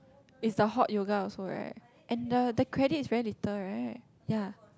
is the hot yoga also right and the the credit is also very little right ya